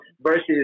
versus